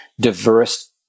diverse